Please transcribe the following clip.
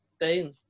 Boom